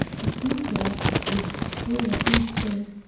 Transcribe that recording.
but sinclair, with truer instinct,